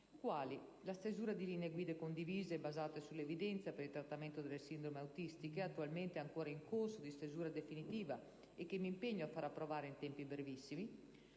quali la definizione di linee guida condivise e basate sull'evidenza per il trattamento delle sindromi autistiche, attualmente ancora in corso di stesura definitiva, che mi impegno a far approvare in tempi brevissimi;